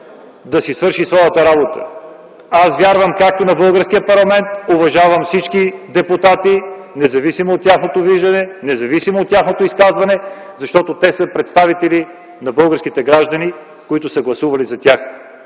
да свършат своята работа. Аз вярвам на българския парламент, уважавам всички депутати, независимо от тяхното виждане, независимо от тяхното изказване, защото те са представители на българските граждани, които са гласували за тях.